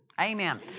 Amen